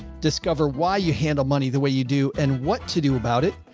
discover why you handle money, the way you do and what to do about it.